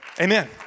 Amen